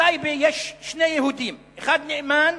בטייבה יש שני יהודים, שאחד נאמן